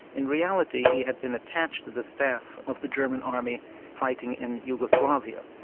in reality he had been attached to the staff of the german army fighting in yugoslavia.